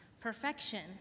perfection